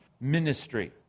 ministry